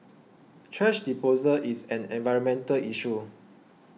thrash disposal is an environmental issue